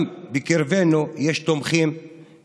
גם בקרבנו יש נבונים